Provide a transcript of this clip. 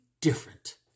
different